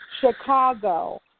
chicago